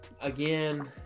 again